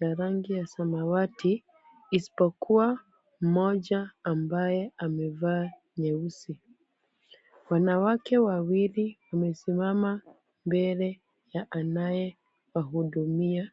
ya rangi ya samawati isipokuwa mmoja ambaye amevaa nyeusi. Wanawake wawili wamesimama mbele ya anayewahudumia.